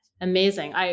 Amazing